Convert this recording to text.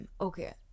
okay